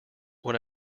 when